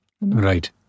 right